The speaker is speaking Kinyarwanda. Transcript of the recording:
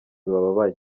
bababaye